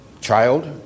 child